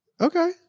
okay